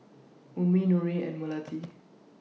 Ummi Nurin and Melati